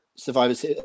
Survivors